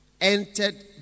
entered